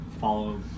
follow